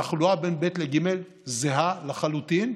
התחלואה בב' ובג' זהה לחלוטין.